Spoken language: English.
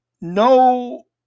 no